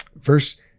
verse